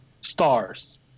Stars